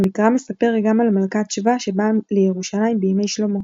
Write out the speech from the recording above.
המקרא מספר גם על מלכת שבא שבאה לירושלים בימי שלמה.